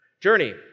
Journey